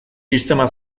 sistema